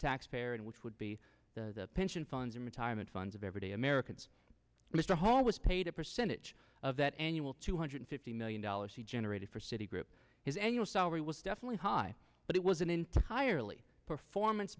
taxpayer and which would be the pension funds and retirement funds of everyday americans mr hall was paid a percentage of that annual two hundred fifty million dollars he generated for citi group his annual salary was definitely high but it was an entirely performance